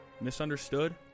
misunderstood